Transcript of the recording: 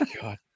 god